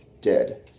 Dead